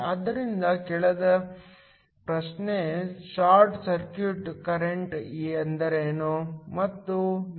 ಆದ್ದರಿಂದ ಕೇಳಿದ ಪ್ರಶ್ನೆ ಶಾರ್ಟ್ ಸರ್ಕ್ಯೂಟ್ ಕರೆಂಟ್ ಎಂದರೇನು